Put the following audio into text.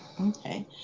Okay